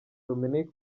dominique